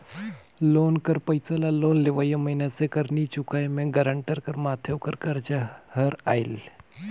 loan कर पइसा ल लोन लेवइया मइनसे कर नी चुकाए में गारंटर कर माथे ओकर करजा हर आएल